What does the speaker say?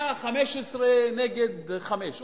115 נגד חמישה,